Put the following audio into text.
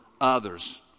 others